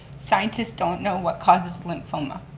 scientists don't know what causes lymphoma.